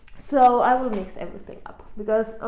so i will mix everything up because